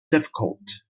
difficult